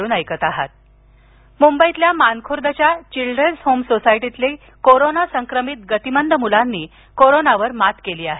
गतिमंद मुंबईतील मानखुर्दच्या children's home सोसायटीतील कोरोना संक्रमित गतिमंद मुलांनी कोरोनावर मात केली आहे